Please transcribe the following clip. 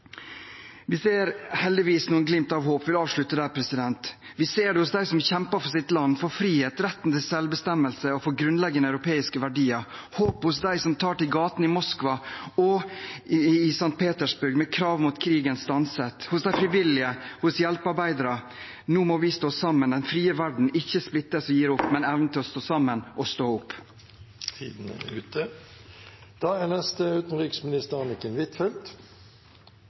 Vi ser heldigvis noen glimt av håp. Jeg vil avslutte der, president. Vi ser det hos dem som kjemper for sitt land, sin frihet, retten til selvbestemmelse og for grunnleggende europeiske verdier, håpet hos dem som tar til gatene i Moskva og i St. Petersburg med krav om at krigen stanses, hos de frivillige, hos hjelpearbeidere. Nå må vi stå sammen i den frie verden – ikke splittes å gi opp, men evne å stå sammen og stå opp. Denne debatten viser at det er